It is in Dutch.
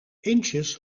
inches